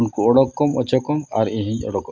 ᱩᱱᱠᱩᱱ ᱚᱰᱚᱠ ᱠᱚᱢ ᱚᱪᱚᱜ ᱠᱚᱢ ᱟᱨ ᱤᱧᱦᱚᱧ ᱚᱰᱚᱠᱚᱜ ᱠᱟᱱᱟ